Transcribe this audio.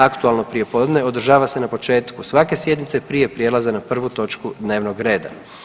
Aktualno prijepodne održava se na početku svake sjednice prije prijelaza na prvu točku dnevnog reda.